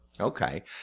Okay